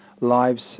lives